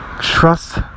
Trust